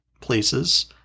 places